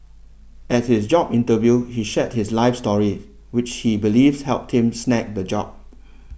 at his job interview he shared his life story which he believes helped him snag the job